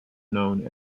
known